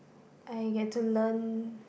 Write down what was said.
I get to learn